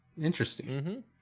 interesting